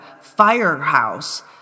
firehouse